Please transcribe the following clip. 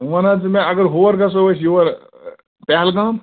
وٕ وَن حظ ژٕ مےٚ اگر ہور گژھیَو أسۍ یور پہلگام